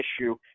issue